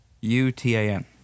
U-T-A-N